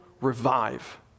revive